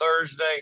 Thursday